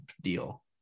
deal